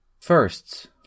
Firsts